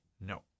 No